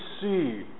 see